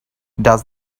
does